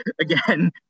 again